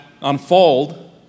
unfold